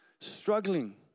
struggling